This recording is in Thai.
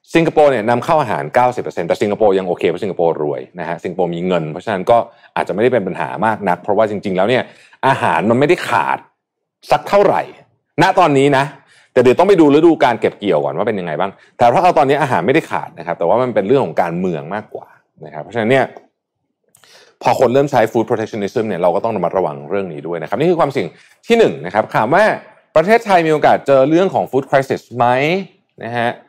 สิงคโปร์เนี่ยนำเข้าอาหาร 90% แต่สิงคโปร์ยังโอเคเพราะสิงคโปร์รวยนะฮะ สิงคโปร์มีเงิน เพราะฉะนั้นก็อาจจะไม่ได้เป็นปัญหามากนัก เพราะว่าจริงๆแล้วเนี่ยอาหารมันไม่ได้ขาดสักเท่าไหร่ณตอนนี้นะ แต่เดี๋ยวต้องไปดูฤดูการเก็บเกี่ยวก่อนว่าเป็นยังไงบ้าง แต่เพราะเอาตอนนี้อาหารไม่ได้ขาดนะครับ แต่ว่ามันเป็นเรื่องของการเมืองมากกว่านะครับ เพราะฉะนั้นเนี่ยพอคนเริ่มใช้ food protectionism เนี่ย เราก็ต้องระมัดระวังเรื่องนี้ด้วยนะครับ นี่คือความเสี่ยงที่หนึ่งนะครับ ถามว่าประเทศไทยมีโอกาสเจอเรื่องของ food crisis ไหมนะฮะ?